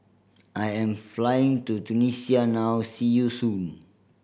I am flying to Tunisia now see you soon